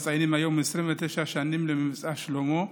מציינים היום 29 שנים למבצע שלמה,